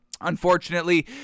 Unfortunately